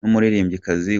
n’umuririmbyikazi